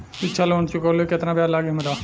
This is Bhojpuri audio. शिक्षा लोन के चुकावेला केतना ब्याज लागि हमरा?